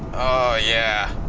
oh yeah.